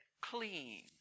clean